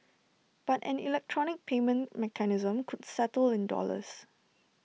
but an electronic payment mechanism could settle in dollars